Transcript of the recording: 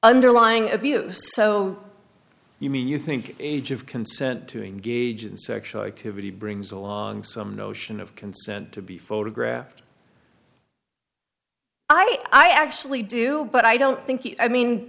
underlying abuse so you mean you think age of consent to engage in sexual activity brings along some notion of consent to be photographed i actually do but i don't think you i mean